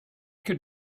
could